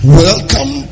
welcome